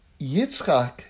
Yitzchak